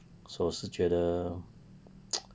so 是觉得